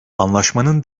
anlaşmanın